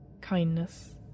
kindness